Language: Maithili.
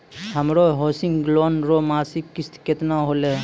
हमरो हौसिंग लोन रो मासिक किस्त केतना होलै?